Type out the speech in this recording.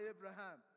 Abraham